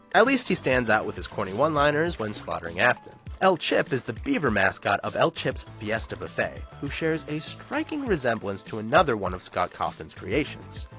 at least he stands out with his corny one-liners when slaughtering afton. el chip is the beaver mascot of el chip's fiesta buffet, who shares a striking resemblance to another one of scott cawthon's creations.